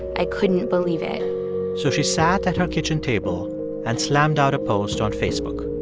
i couldn't believe it so she sat at her kitchen table and slammed out a post on facebook.